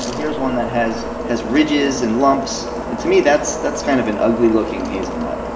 here's one that has has ridges and lumps. and to me, that's that's kind of an ugly-looking hazelnut,